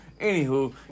Anywho